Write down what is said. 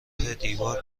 دیوار